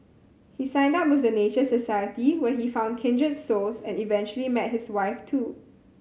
he signed up with the Nature Society where he found kindred souls and eventually met his wife too